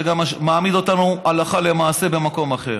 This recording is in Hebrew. זה מעמיד אותנו הלכה למעשה במקום אחר.